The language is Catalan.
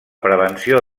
prevenció